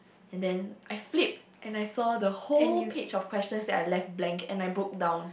and then I flipped and I saw the whole page of questions that I left blank and I book down